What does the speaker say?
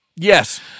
Yes